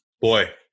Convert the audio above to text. boy